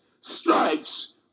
stripes